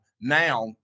now